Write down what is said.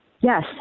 Yes